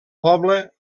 poble